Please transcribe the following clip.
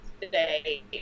today